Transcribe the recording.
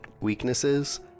weaknesses